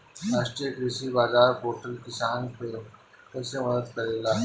राष्ट्रीय कृषि बाजार पोर्टल किसान के कइसे मदद करेला?